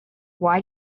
why